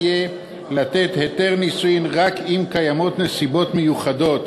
לתת היתר נישואין רק אם קיימות נסיבות מיוחדות